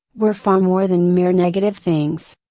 were far more than mere negative things.